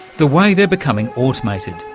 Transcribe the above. the way they're becoming automated.